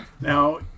Now